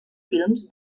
films